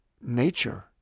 nature